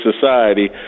society